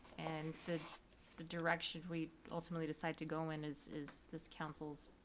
and the the direction we ultimately decide to go in is is this council's